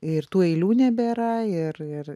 ir tų eilių nebėra ir ir